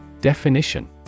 Definition